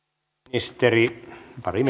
ministeri pari